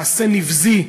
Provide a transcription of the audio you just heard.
מעשה נבזי,